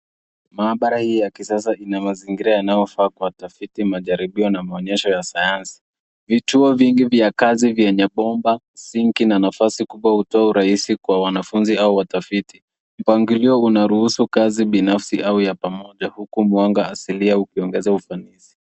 Maabara hii ya kisasa ina mazingira yanayofaa kwa tafiti, majaribio na maonyesho ya sayansi. Vituo vingi vya kazi vyenye bomba, sinki na nafasi kubwa hutoa urahisi kwa wanafunzi au watafiti. Mpangilio unaruhusu kazi binafsi au ya pamoja huku mwanga asilia ukiongeza ufanisi.